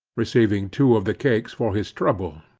receiving two of the cakes for his trouble.